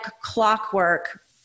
clockwork